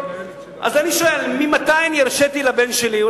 אז אני שואל: מתי אני הרשיתי לבן שלי או